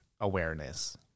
awareness